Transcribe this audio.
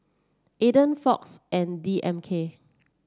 Aden Fox and D M K